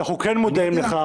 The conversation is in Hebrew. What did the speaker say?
אנחנו כן מודעים לכך.